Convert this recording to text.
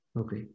Okay